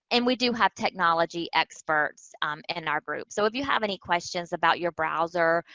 and we do have technology experts in our group. so, if you have any questions about your browser,